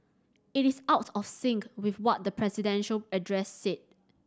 it is out of sync with what the presidential address said